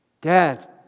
Dad